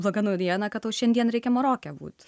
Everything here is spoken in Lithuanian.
bloga naujiena kad tau šiandien reikia maroke būt